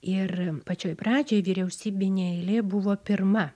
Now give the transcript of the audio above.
ir pačioj pradžioj vyriausybinė eilė buvo pirma